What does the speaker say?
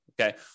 Okay